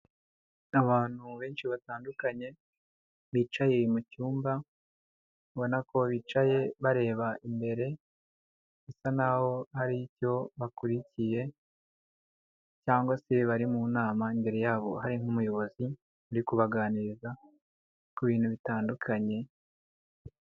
Abantu benshi batandukanye bicaye mu cyumba, ubona ko bicaye bareba imbere, bisa naho hari icyo bakurikiye cyangwa se bari mu nama, imbere yabo hari nk’umuyobozi uri kubaganiriza ku bintu bitandukanye.